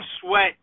sweat